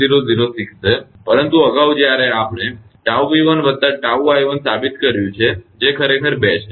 8006 છે પરંતુ અગાઉ આપણે 𝜏𝑉1 વત્તા 𝜏𝑖1 સાબિત કર્યું છે જે તે ખરેખર 2 છે